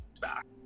back